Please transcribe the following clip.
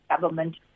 government